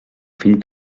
fill